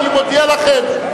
אני מודיע לכם,